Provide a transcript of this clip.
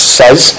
says